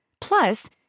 Plus